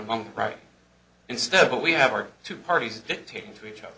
among right instead what we have are two parties dictating to each other